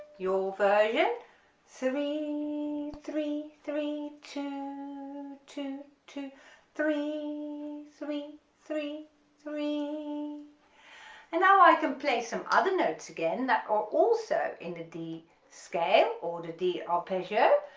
your version three three three two two two three three three three and now i can play some other notes again that are also in the d scale or the d arpeggio,